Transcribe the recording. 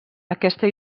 aquesta